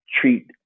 treat